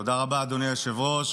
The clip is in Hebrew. תודה רבה, אדוני היושב-ראש.